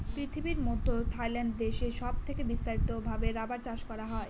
পৃথিবীর মধ্যে থাইল্যান্ড দেশে সব থেকে বিস্তারিত ভাবে রাবার চাষ করা হয়